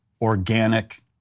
organic